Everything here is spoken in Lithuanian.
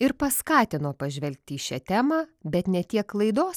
ir paskatino pažvelgti į šią temą bet ne tiek klaidos